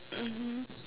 mmhmm